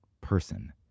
person